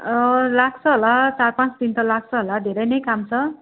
लाग्छ होला चार पाँच दिन त लाग्छ होला धेरै नै काम छ